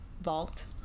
vault